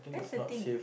that's the thing